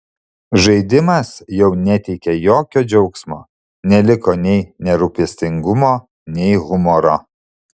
žaidimas jau neteikė jokio džiaugsmo neliko nei nerūpestingumo nei humoro